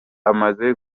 amaze